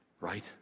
right